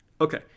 Okay